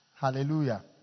Hallelujah